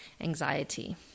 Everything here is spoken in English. anxiety